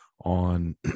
on